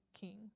king